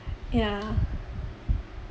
ya